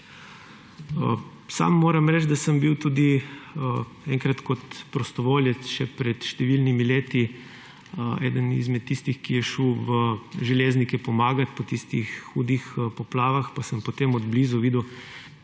Sam moram reči, da sem bil tudi enkrat kot prostovoljec še pred številnimi leti eden izmed tistih, ki je šel v Železnike pomagat po tistih hudih poplavah, pa sem potem od blizu videl,